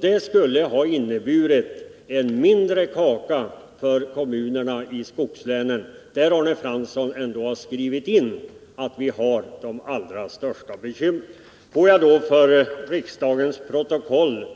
Det skulle ha inneburit en mindre kaka för kommunerna i skogslänen, där man har de allra största bekymren — något som Arne Fransson ändå varit med om att skriva in i betänkandet. Får jag för riksdagens protokoll